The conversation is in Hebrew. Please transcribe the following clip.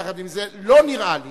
יחד עם זאת, לא נראה לי